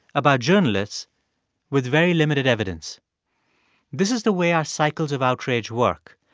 about journalists with very limited evidence this is the way our cycles of outrage work.